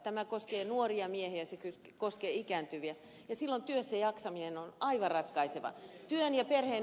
tämä koskee nuoria miehiä se koskee ikääntyviä ja silloin työssäjaksaminen on aivan ratkaisevaa